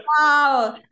wow